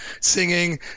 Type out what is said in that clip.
singing